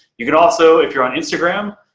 you can also, if you're on instagram,